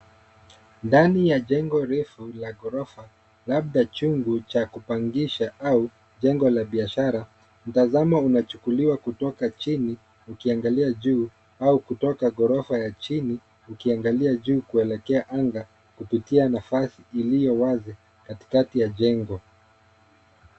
Ndani ya jengo refu la ghorofa labda chungu cha kupangisha au jengo la biashara. Mtazamo unachukuliwa kutoka chini ukiangalia juu au kutoka ghorofa ya chini ukiangalia juu kuelekea anga kupitia nafasi iliyo wazi katikati ya jengo.